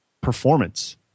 performance